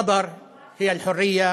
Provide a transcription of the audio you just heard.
הגורל הוא החירות,